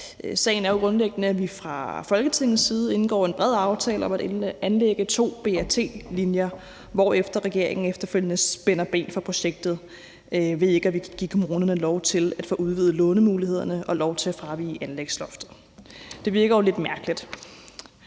Sagen er jo grundlæggende, at vi fra Folketingets side indgår en bred aftale om at anlægge to BRT-linjer, hvorefter regeringen efterfølgende spænder ben for projektet ved ikke at ville give kommunerne lov til at få udvidet lånemulighederne og lov til at fravige anlægsloftet. Det virker jo lidt mærkeligt.